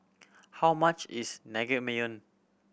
how much is Naengmyeon